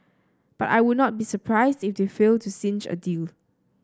but I would not be surprised if they fail to clinch a deal